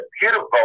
beautiful